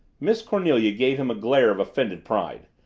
miss cornelia gave him a glare of offended pride,